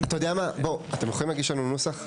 אתם יכולים להגיש לנו נוסח?